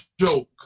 joke